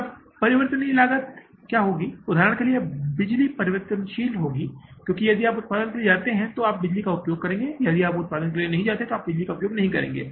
तब परिवर्तनीय लागत हो सकती है उदाहरण के लिए बिजली परिवर्तनशील होगी क्योंकि यदि आप उत्पादन के लिए जाते हैं तो आप बिजली का उपयोग करेंगे लेकिन यदि आप उत्पादन के लिए नहीं जाते हैं तो आप बिजली का उपयोग नहीं करेंगे